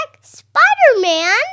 Spider-Man